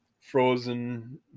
frozen